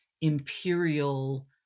imperial